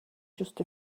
just